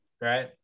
right